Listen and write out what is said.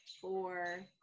four